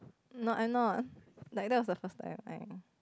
no I'm not like that was the first time I